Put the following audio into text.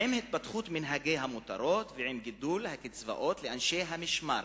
עם התפתחות מנהגי המותרות ועם גידול הקצבאות לאנשי המשמר.